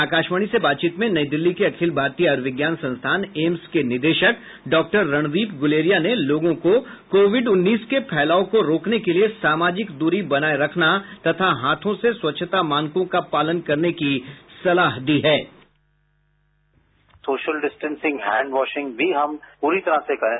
आकाशवाणी से बातचीत में नई दिल्ली के अखिल भारतीय आयुर्विज्ञान संस्थान एम्स के निदेशक डॉक्टर रणदीप गुलेरिया ने लोगों को कोविड उन्नीस के फैलाव को रोकने के लिए सामाजिक दूरी बनाए रखना तथा हाथों से स्वच्छता मानकों का पालन करने की सलाह दी है bite Guleria social distancing hand washing भी हम पूरी तरह से करें